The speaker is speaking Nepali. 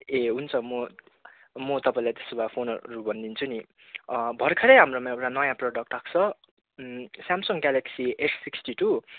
ए हुन्छ म म तपाईँलाई त्यसो भए फोनहरू भनिदिन्छु नि भर्खर हाम्रोमा नयाँ प्रडक्ट आएको छ Samsung Galaxy S sixty to